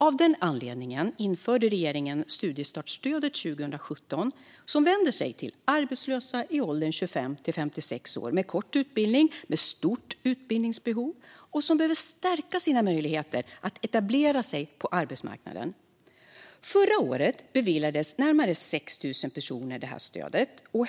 Av den anledningen införde regeringen studiestartsstödet 2017 som vänder sig till arbetslösa i åldern 25-56 år med kort utbildning och stort utbildningsbehov som behöver stärka sina möjligheter att etablera sig på arbetsmarknaden. Förra året beviljades närmare 6 000 personer stödet.